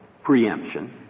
preemption